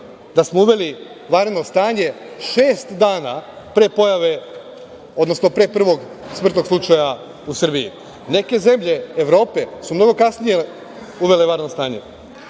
da smo uveli vanredno stanje šest dana pre pojave, odnosno pre prvog smrtnog slučaja u Srbiji. Neke zemlje Evrope su mnogo kasnije uvele vanredno